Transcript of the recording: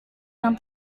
yang